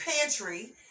pantry